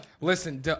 Listen